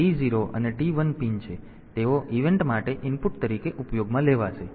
તેથી તેઓ ઇવેન્ટ માટે ઇનપુટ તરીકે ઉપયોગમાં લેવાશે